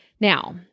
Now